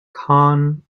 khan